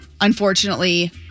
unfortunately